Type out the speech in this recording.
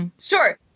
Sure